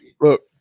Look